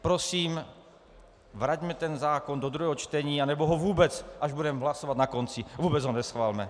Prosím, vraťme ten zákon do druhého čtení, nebo ho vůbec, až budeme hlasovat na konci, vůbec ho neschvalme.